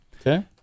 Okay